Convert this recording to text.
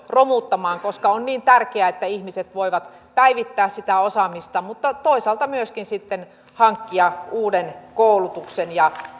romuttamaan koska on niin tärkeää että ihmiset voivat päivittää osaamistaan mutta toisaalta myöskin hankkia uuden koulutuksen ja